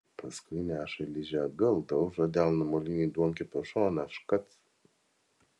paskui neša ližę atgal daužo delnu molinį duonkepio šoną škac